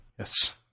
Yes